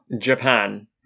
Japan